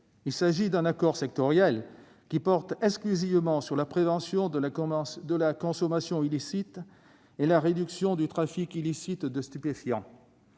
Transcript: Il s'agit d'un accord sectoriel, portant exclusivement sur la prévention de la consommation illicite et la réduction du trafic illicite de stupéfiants.